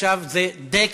עכשיו זה דה-קרשנדו,